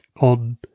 on